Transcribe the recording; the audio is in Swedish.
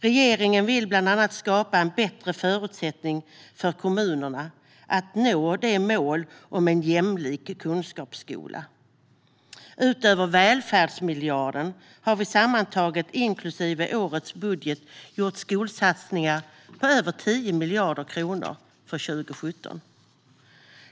Regeringen vill bland annat skapa bättre förutsättningar för kommunerna att nå målet om en jämlik kunskapsskola. Utöver välfärdsmiljarderna har vi sammantaget, inklusive årets budget, gjort skolsatsningar på över 10 miljarder kronor för 2017.